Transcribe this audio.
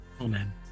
Amen